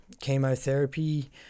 chemotherapy